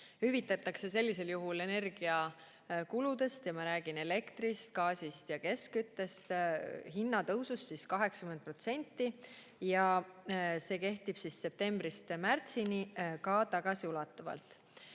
Hüvitatakse sellisel juhul energiakulutuste – ma räägin elektrist, gaasist ja keskküttest – tõusust 80%. See kehtib septembrist märtsini, ka tagasiulatuvalt.